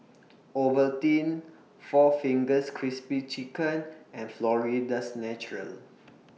Ovaltine four Fingers Crispy Chicken and Florida's Natural